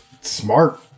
Smart